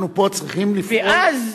אנחנו פה צריכים לפעול, לחפש, ואז,